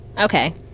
okay